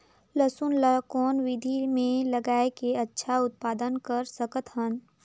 लसुन ल कौन विधि मे लगाय के अच्छा उत्पादन कर सकत हन?